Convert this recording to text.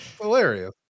Hilarious